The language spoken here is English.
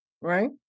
Right